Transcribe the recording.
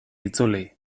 itzuli